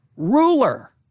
ruler